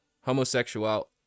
homosexual